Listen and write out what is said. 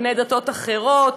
בני דתות אחרות.